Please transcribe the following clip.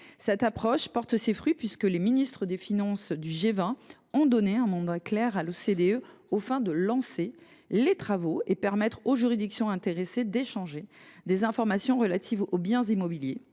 Cette approche porte ses fruits puisque les ministres des finances du G20 ont donné un mandat clair à l’OCDE aux fins de lancer les travaux et de permettre aux juridictions intéressées d’échanger des informations relatives aux biens immobiliers,